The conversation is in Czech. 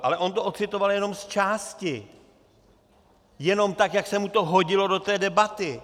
Ale on to ocitoval jenom zčásti, jenom tak, jak se mu to hodilo do té debaty.